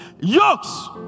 yokes